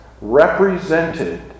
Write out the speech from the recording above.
represented